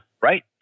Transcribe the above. right